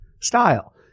style